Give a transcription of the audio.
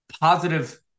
positive